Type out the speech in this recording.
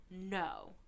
No